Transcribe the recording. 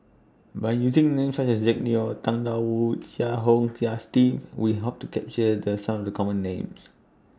By using Names such as Zack Neo Tang DA Wu and Chia Kiah Hong Steve We Hope to capture Some of The Common Names